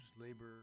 labor